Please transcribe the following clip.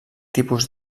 tipus